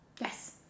Yes